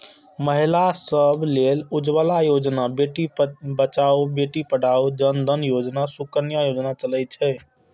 महिला सभ लेल उज्ज्वला योजना, बेटी बचाओ बेटी पढ़ाओ, जन धन योजना, सुकन्या योजना चलै छै